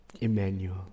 Emmanuel